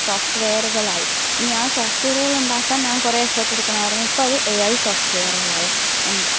സോഫ്റ്റ്വെയറുകളായി ഇനി ആ സോഫ്റ്റ്വെയറുകളുണ്ടാക്കാൻ ഞാൻ കുറേ എഫേട്ട് എടുക്കണമായിരുന്നു ഇപ്പോഴത് എ ഐ സോഫ്റ്റ്വെയറുകളായി ആൻഡ്